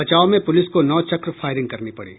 बचाव में पुलिस को नौ चक्र फायरिंग करनी पड़ी